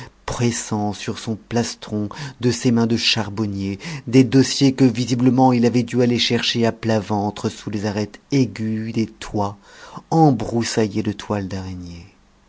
pressant sur son plastron de ses mains de charbonnier des dossiers que visiblement il avait dû aller chercher à plat ventre sous les arêtes aiguës des toits embroussaillées de toiles d'araignée